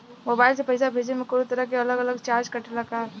Mobile से पैसा भेजे मे कौनों तरह के अलग से चार्ज कटेला का?